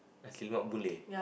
nasi-lemak Boon-Lay